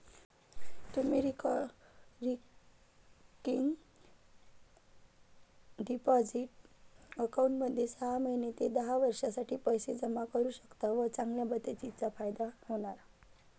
तुम्ही recurring deposit अकाउंटमध्ये सहा महिने ते दहा वर्षांसाठी पैसे जमा करू शकता व चांगल्या बचतीचा फायदा होणार